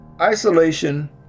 isolation